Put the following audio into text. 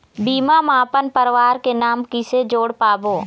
बीमा म अपन परवार के नाम किसे जोड़ पाबो?